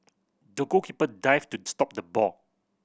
the goalkeeper dived to stop the ball